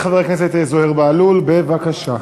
חברי חבר הכנסת זוהיר בהלול, בבקשה.